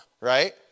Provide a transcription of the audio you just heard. right